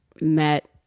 met